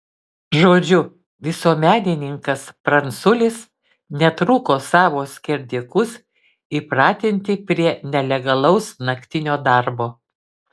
žodžiu visuomenininkas pranculis netruko savo skerdikus įpratinti prie nelegalaus naktinio darbo